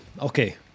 okay